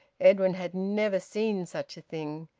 edwin had never seen such a thing.